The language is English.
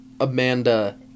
Amanda